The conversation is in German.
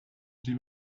die